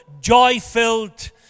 joy-filled